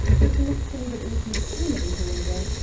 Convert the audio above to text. i can not say that it was miss camerden, however.